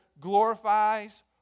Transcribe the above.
glorifies